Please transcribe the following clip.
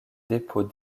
dépôts